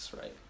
right